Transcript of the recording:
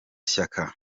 shyaka